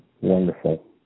wonderful